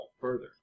further